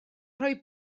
rhoi